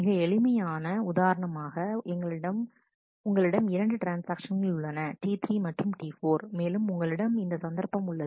மிக எளிமையான உதாரணமாக உங்களிடம் இரண்டு ட்ரான்ஸ்ஆக்ஷன்கள் உள்ளன T3 மற்றும் T4 மேலும் உங்களிடம் இந்த சந்தர்ப்பம் உள்ளது